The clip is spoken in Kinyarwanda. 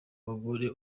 bagore